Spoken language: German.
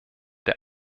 der